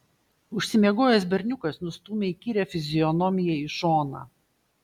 užsimiegojęs berniukas nustūmė įkyrią fizionomiją į šoną